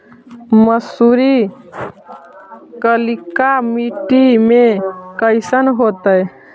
मसुरी कलिका मट्टी में कईसन होतै?